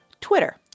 Twitter